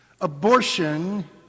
Abortion